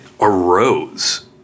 arose